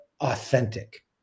authentic